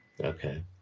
Okay